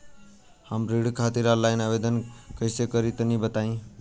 हम कृषि खातिर आनलाइन आवेदन कइसे करि तनि बताई?